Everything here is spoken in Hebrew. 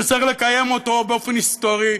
שצריך לקיים אותו באופן היסטורי,